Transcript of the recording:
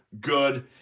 Good